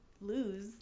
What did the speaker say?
lose